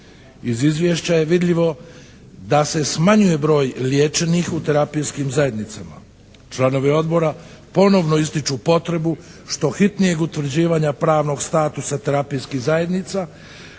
Iz izvješća je vidljivo da se smanjuje broj liječenih u terapijskim zajednicama. Članovi Odbora ponovo ističu potrebu što hitnijeg utvrđivanja pravnog statusa terapijskih zajednica